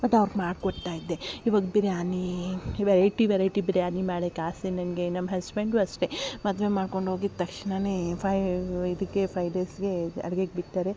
ಅದು ಅವ್ರ್ಗೆ ಮಾಡ್ಕೊಡ್ತಾ ಇದ್ದೆ ಇವಾಗ ಬಿರ್ಯಾನಿ ವೆರೈಟಿ ವೆರೈಟಿ ಬಿರ್ಯಾನಿ ಮಾಡಕ್ಕೆ ಆಸೆ ನನಗೆ ನಮ್ಮ ಹಸ್ಬೆಂಡ್ಗೂ ಅಷ್ಟೆ ಮದುವೆ ಮಾಡ್ಕೊಂಡು ಹೋಗಿದ್ದ ತಕ್ಷಣನೆ ಫೈವ್ ಇದಕ್ಕೆ ಫೈವ್ ಡೇಸ್ಗೆ ಅಡ್ಗೆಗೆ ಬಿಡ್ತಾರೆ